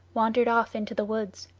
wandered off into the woods.